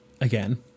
again